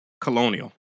colonial